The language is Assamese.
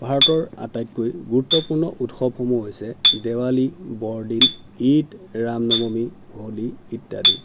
ভাৰতৰ আটাইতকৈ গুৰুত্বপূৰ্ণ উৎসৱসমূহ হৈছে দেৱালী বৰদিন ঈদ ৰাম নৱমী হোলি ইত্যাদি